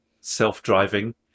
self-driving